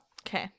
Okay